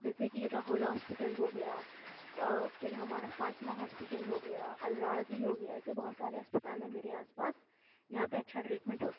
جیسے کہ راہُل ہاسپٹل ہو گیا پھر ہمارا فاطمہ ہاسپٹل ہو گیا الراضی ہو گیا ایسے بہت سارے اسپتال ہیں میرے آس پاس جہاں پہ اچھا ٹریٹمینٹ ہوتا